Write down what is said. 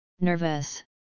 nervous